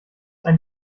ein